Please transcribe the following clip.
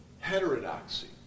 heterodoxy